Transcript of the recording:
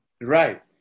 Right